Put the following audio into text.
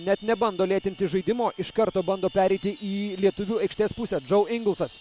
net nebando lėtinti žaidimo iš karto bando pereiti į lietuvių aikštės pusę džau ingelsas